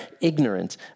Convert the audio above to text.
ignorant